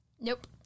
Nope